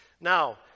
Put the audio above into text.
Now